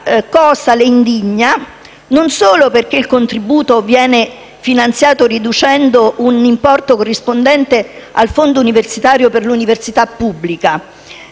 non solo perché il contributo viene finanziato riducendo per un importo corrispondente il fondo universitario per l'università pubblica,